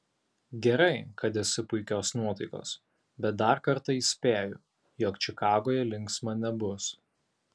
gerai kad esi puikios nuotaikos bet dar kartą įspėju jog čikagoje linksma nebus